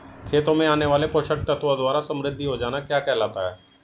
खेतों में आने वाले पोषक तत्वों द्वारा समृद्धि हो जाना क्या कहलाता है?